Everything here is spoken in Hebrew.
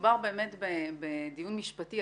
מדובר באמת בדיון משפטי.